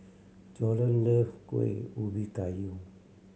Jorden love Kuih Ubi Kayu